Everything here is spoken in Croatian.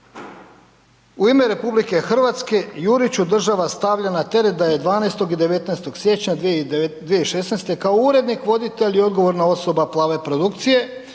U ime RH, Jurić održava i stavlja na teret da je 12. i 19. siječnja 2016. kao urednik, voditelj i odgovorna osoba Plave produkcije